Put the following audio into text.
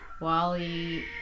Wally